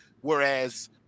whereas